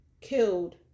killed